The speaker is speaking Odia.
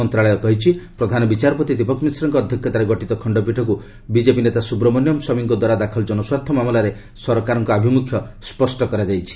ମନ୍ତ୍ରଣାଳୟ କହିଛି ପ୍ରଧାନ ବିଚାରପତି ଦୀପକ ମିଶ୍ରଙ୍କ ଅଧ୍ୟକ୍ଷତାରେ ଗଠିତ ଖଣ୍ଡପୀଠଙ୍କୁ ବିକେପି ନେତା ସୁବ୍ରମଣ୍ୟମ୍ ସ୍ୱାମୀଙ୍କଦ୍ୱାରା ଦାଖଲ ଜନସ୍ୱାର୍ଥ ମାମଲାରେ ସରକାରଙ୍କ ଆଭିମୁଖ୍ୟ ସ୍ୱଷ୍ଟ କରାଯାଇଛି